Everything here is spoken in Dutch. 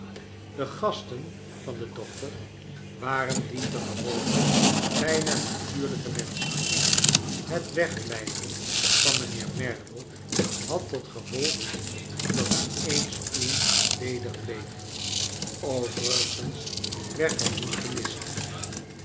de gasten van den dokter waren dientengevolge bijna natuurlijke menschen het weglijven van mijnheer merdle had tot gevolg dat er een stoel ledig bleef overigens werd hij niet gemist